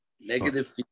negative